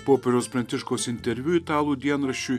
popiežiaus pranciškaus interviu italų dienraščiui